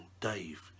Dave